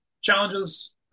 challenges